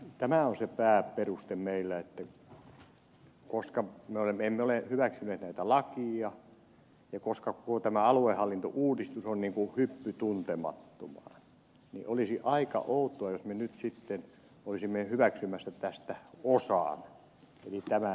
tämä on se pääperuste meillä että koska me emme ole hyväksyneet näitä lakeja ja koska koko tämä aluehallintouudistus on hyppy tuntemattomaan niin olisi aika outoa jos me nyt olisimme hyväksymässä tästä osan eli tämän esityksen